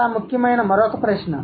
చాలా ముఖ్యమైన మరొక ప్రశ్న